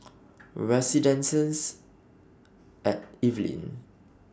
Residences At Evelyn